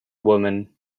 woman